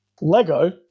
Lego